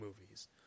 movies